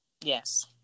yes